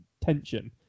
tension